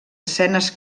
escenes